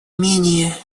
менее